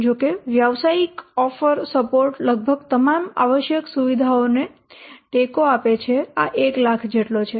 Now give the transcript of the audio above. જો કે વ્યાવસાયિક ઓફર સપોર્ટ લગભગ તમામ આવશ્યક સુવિધાઓને ટેકો આપે છે આ 1 લાખ જેટલો છે